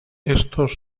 estos